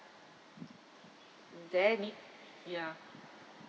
mm there need ya